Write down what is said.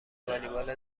والیبال